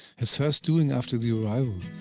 his first doing after the arrival,